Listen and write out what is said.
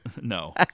No